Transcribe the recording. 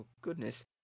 goodness